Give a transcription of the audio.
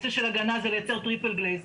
אופציה של הגנה לייצר triple glazed.